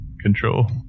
control